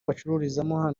bacururizamo